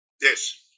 Yes